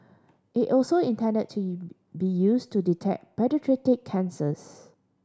it also intended to be used to detect paediatric cancers